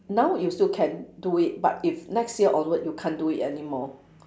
now you still can do it but if next year onward you can't do it anymore